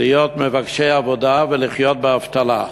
להיות מבקשי עבודה ולחיות באבטלה,